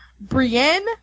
Brienne